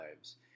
lives